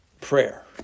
prayer